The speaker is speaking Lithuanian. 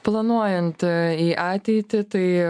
planuojant į ateitį tai